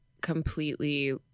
completely